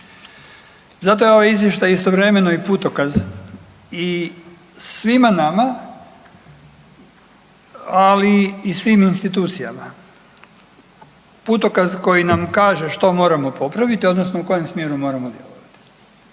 Zato je ovaj izvještaj istovremeno i putokaz i svima nama, ali i svim institucijama, putokaz koji nam kaže što moramo popraviti odnosno u kojem smjeru moramo djelovati.